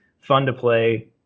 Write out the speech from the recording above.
fun-to-play